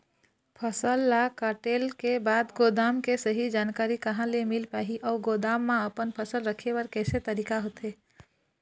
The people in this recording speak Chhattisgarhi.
फसल ला कटेल के बाद गोदाम के सही जानकारी कहा ले मील पाही अउ गोदाम मा अपन फसल रखे बर कैसे तरीका होथे?